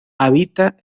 habita